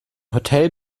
hotel